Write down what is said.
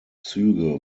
züge